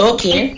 Okay